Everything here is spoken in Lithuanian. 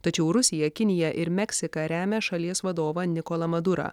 tačiau rusija kinija ir meksika remia šalies vadovą nikolą madurą